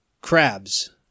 crabs